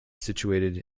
situated